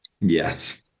Yes